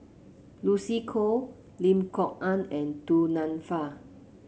Lucy Koh Lim Kok Ann and Du Nanfa